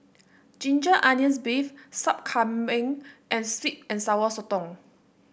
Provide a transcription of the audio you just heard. Ginger Onions beef Sup Kambing and sweet and Sour Sotong